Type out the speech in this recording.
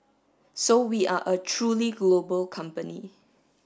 so we are a truly global company